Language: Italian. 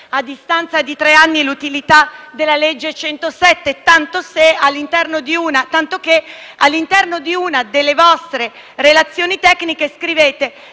a distanza di tre anni, l'utilità della legge n. 107 del 2015, tanto che all'interno di una delle vostre relazioni tecniche scrivete